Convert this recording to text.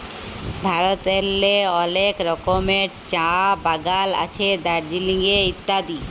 ভারতেল্লে অলেক রকমের চাঁ বাগাল আছে দার্জিলিংয়ে ইত্যাদি